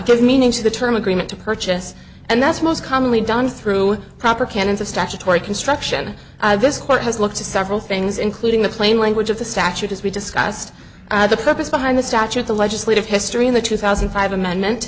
give meaning to the term agreement to purchase and that's most commonly done through proper canons of statutory construction this court has looked at several things including the plain language of the statute as we discussed the purpose behind the statute the legislative history in the two thousand and five amendment